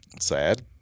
sad